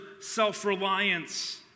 self-reliance